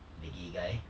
the gay guy